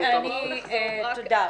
תודה.